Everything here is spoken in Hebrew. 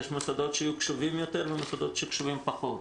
יש מוסדות שיהיו קשובים יותר ומוסדות שיהיו קשובים פחות,